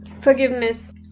forgiveness